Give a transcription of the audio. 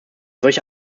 solche